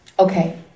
Okay